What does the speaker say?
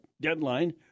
deadline